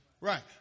Right